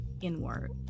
inward